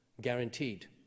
guaranteed